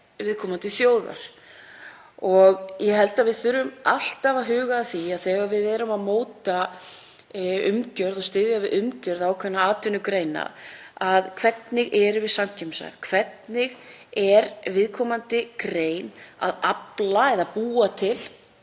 viðkomandi þjóðar. Ég held að við þurfum alltaf að huga að því, þegar við erum að móta umgjörð og styðja við umgjörð ákveðinna atvinnugreina, hvernig við erum samkeppnishæf. Hvernig er viðkomandi grein að afla eða búa til